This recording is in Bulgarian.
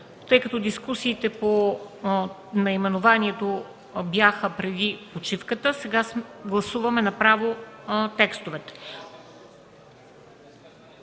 Тъй като дискусиите по наименованието бяха преди почивката, сега ще гласуваме направо текстовете.